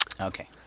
okay